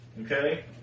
okay